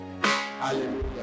Hallelujah